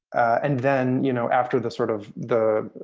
and then you know after the sort of, the